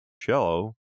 cello